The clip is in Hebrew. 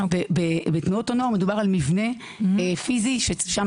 בתנועות הנוער מדובר על מבנה פיזי ששם